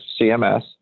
CMS